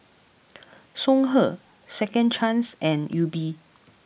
Songhe Second Chance and Yupi